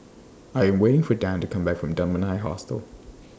I Am waiting For Dan to Come Back from Dunman High Hostel